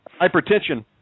Hypertension